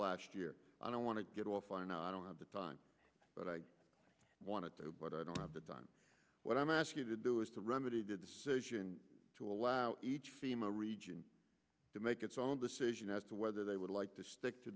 last year i don't want to get off i know i don't have the time but i want to do what i don't have done what i'm asking to do is to remedy the decision to allow each fema region to make its own decision as to whether they would like to stick to